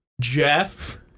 Jeff